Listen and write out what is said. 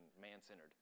man-centered